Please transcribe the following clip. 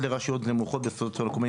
בוקר טוב.